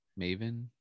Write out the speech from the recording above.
Maven